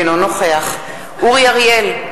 אינו נוכח אורי אריאל,